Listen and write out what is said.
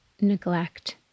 neglect